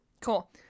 Cool